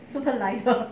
super lighted